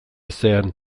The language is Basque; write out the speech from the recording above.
ezean